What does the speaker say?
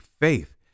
faith